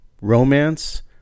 romance